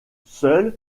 seul